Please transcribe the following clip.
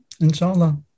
inshallah